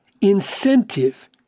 incentive